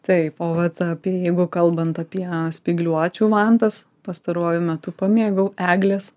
taip o vat apie jeigu kalbant apie spygliuočių vantas pastaruoju metu pamėgau eglės